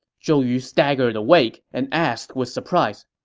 zhou yu staggered awake and asked with surprise,